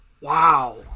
Wow